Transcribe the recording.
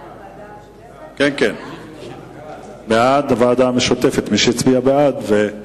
ההצעה להעביר את הנושא לוועדה משותפת לוועדת הפנים והגנת הסביבה ולוועדת